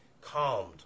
Calmed